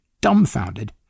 dumbfounded